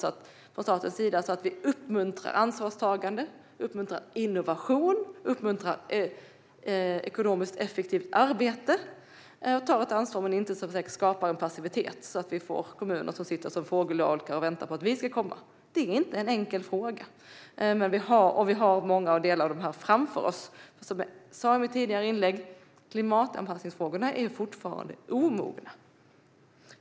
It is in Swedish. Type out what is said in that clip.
Hur ska staten agera så att vi uppmuntrar ansvarstagande, innovation och ekonomiskt effektivt arbete? Hur tar vi ett ansvar som inte skapar passivitet, så att vi inte får kommuner som sitter som fågelholkar och väntar på att vi ska komma? Det är inte en enkel fråga. Vi har många av de här delarna framför oss. Som jag sa i mitt tidigare inlägg är klimatanpassningsfrågorna fortfarande omogna.